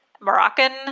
Moroccan